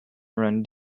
run